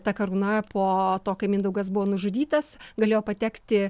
ta karūna po to kai mindaugas buvo nužudytas galėjo patekti